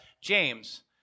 James